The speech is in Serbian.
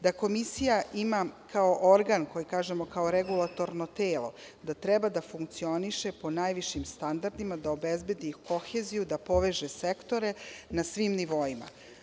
Da Komisija ima kao organ, koje kažemo kao regulatorno telo, da treba da funkcioniše po najvišim standardima da obezbedi koheziju, da poveže sektore na svim nivoima.